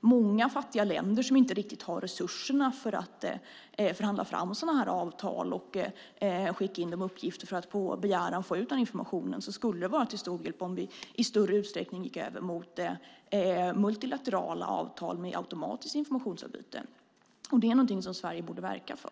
För många fattiga länder som inte riktigt har resurser för att förhandla fram sådana här avtal och skicka in uppgifter för att begära att få ut informationen skulle det vara till stor hjälp om vi i större utsträckning gick över till multilaterala avtal med automatiskt informationsarbete. Det är någonting som Sverige borde verka för.